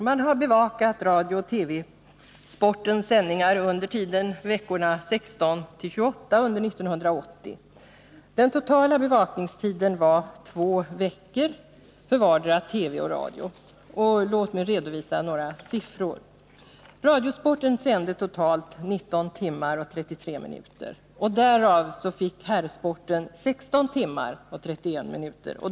Man har bevakat radiooch TV-sportens sändning 33 ar under veckorna 16-28 år 1980.